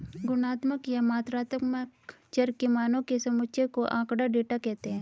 गुणात्मक या मात्रात्मक चर के मानों के समुच्चय को आँकड़ा, डेटा कहते हैं